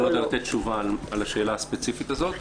אני לא יודע לתת תשובה על השאלה הספציפית הזאת.